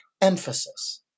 emphasis